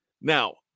Now